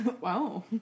Wow